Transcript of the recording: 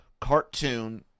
cartoon